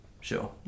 sure